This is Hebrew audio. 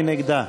מי נגדה?